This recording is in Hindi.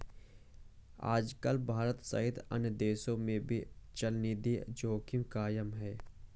आजकल भारत सहित अन्य देशों में भी चलनिधि जोखिम कायम है